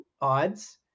odds